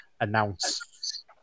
announce